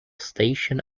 station